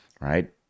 right